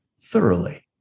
thoroughly